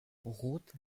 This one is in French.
route